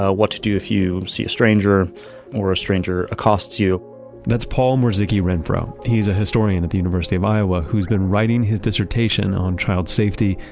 ah what to do if you see a stranger or a stranger acosts you that's paul mokrzycki-renfro, he's a historian at the university of iowa who's been writing his dissertation on child safety,